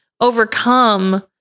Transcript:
overcome